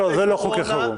לא, אלו לא חוקי חירום.